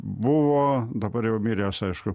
buvo dabar jau miręs aišku